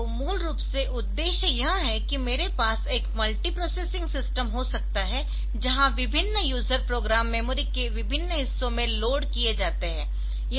तो मूल रूप से उद्देश्य यह है कि मेरे पास एक मल्टीप्रोसेसिंग सिस्टम हो सकता है जहां विभिन्न यूजर प्रोग्राम मेमोरी के विभिन्न हिस्सों में लोड किए जाते है